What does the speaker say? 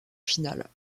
finale